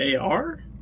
AR